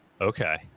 Okay